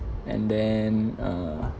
and then err